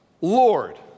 Lord